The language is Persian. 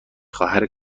خواهر